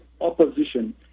opposition